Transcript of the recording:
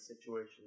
situation